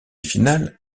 finale